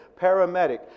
paramedic